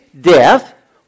death